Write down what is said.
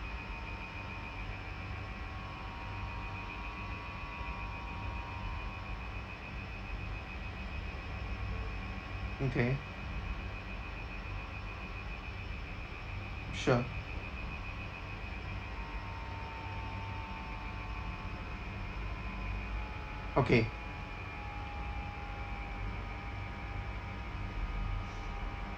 okay sure okay